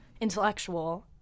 intellectual